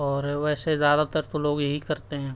اور ویسے زیادہ تر تو لوگ یہی کرتے ہیں